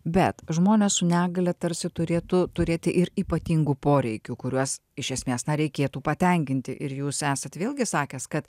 bet žmonės su negalia tarsi turėtų turėti ir ypatingų poreikių kuriuos iš esmės na reikėtų patenkinti ir jūs esat vėlgi sakęs kad